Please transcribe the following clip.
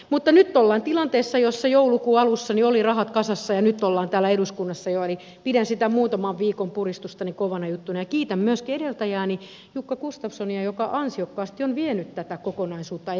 mutta nyt ollaan tilanteessa jossa joulukuun alussa oli rahat kasassa ja nyt ollaan täällä eduskunnassa jo eli pidän sitä muutaman viikon puristusta kovana juttuna ja kiitän myöskin edeltäjääni jukka gustafssonia joka ansiokkaasti on vienyt tätä kokonaisuutta eteenpäin